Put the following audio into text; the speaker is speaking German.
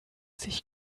sich